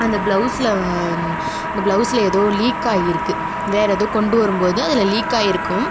அந்த பிளவுஸில் வ அந்த பிளவுஸில் எதோ லீக்காகியிருக்கு வேறு ஏதோ கொண்டு வரும்போது அதில் லீக்காகியிருக்கும்